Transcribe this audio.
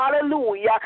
hallelujah